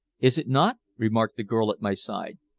is it not? remarked the girl at my side.